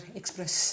express